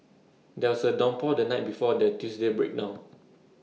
there was A downpour the night before the Tuesday breakdown